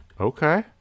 Okay